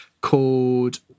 called